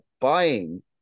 buying